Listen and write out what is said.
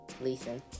listen